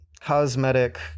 cosmetic